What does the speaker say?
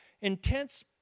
intense